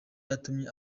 yatumye